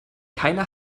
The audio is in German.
keine